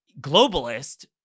globalist